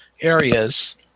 areas